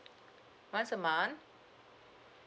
once a month